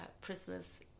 prisoners